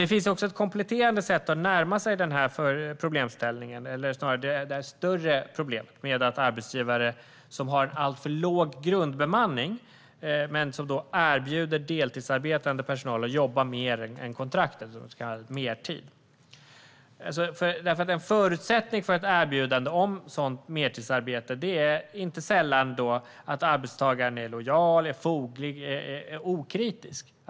Det finns också ett kompletterande sätt att närma sig det större problemet med arbetsgivare som har alltför låg grundbemanning som erbjuder deltidsarbetande personal att jobba mer än kontraktet, så kallad mertid. En förutsättning för ett erbjudande om sådant mertidsarbete är inte sällan att arbetstagaren är lojal, foglig och okritisk.